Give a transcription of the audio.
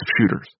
shooters